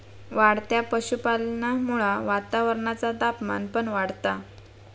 वाढत्या पशुपालनामुळा वातावरणाचा तापमान पण वाढता